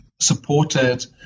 supported